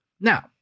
Now